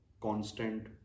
constant